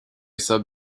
sub